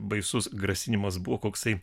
baisus grasinimas buvo koksai